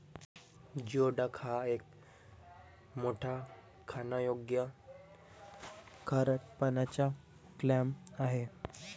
geoduck हा एक मोठा खाण्यायोग्य खारट पाण्याचा क्लॅम आहे